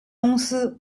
公司